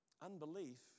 Unbelief